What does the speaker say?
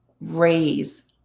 raise